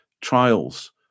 trials